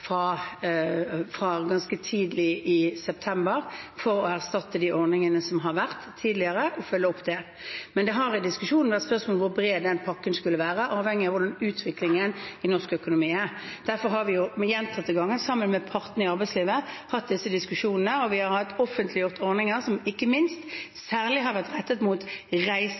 fra ganske tidlig i september – for å erstatte de ordningene som har vært tidligere, og følge opp det. Men det har i diskusjonen vært spørsmål om hvor bred den pakken skulle være, avhengig av utviklingen i norsk økonomi. Derfor har vi gjentatte ganger sammen med partene i arbeidslivet hatt disse diskusjonene, og vi har hatt offentlige ordninger som ikke minst og særlig har vært rettet mot